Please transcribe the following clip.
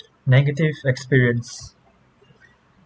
negative experience